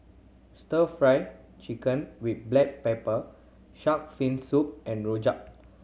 Stir Fry Chicken with black pepper shark fin soup and rojak